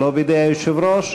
ולא בידי היושב-ראש.